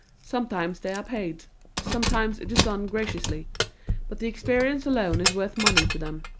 sometimes they are paid sometimes it is done gratuitously but the experience alone is worth money to them.